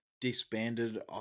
disbanded